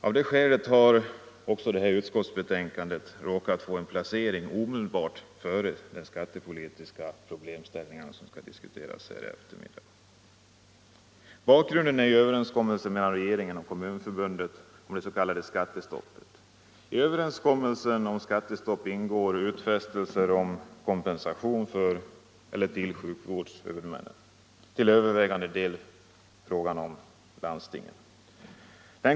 Av det skälet har också detta utskottsbetänkande råkat få en placering omedelbart före de skattepolitiska problemställningarna, som skall diskuteras här i eftermiddag.